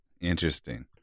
Interesting